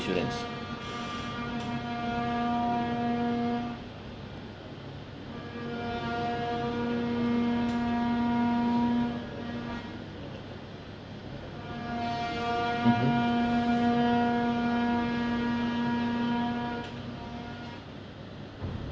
mmhmm